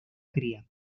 cría